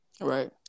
Right